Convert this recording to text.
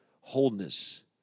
Wholeness